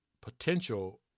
potential